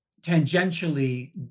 tangentially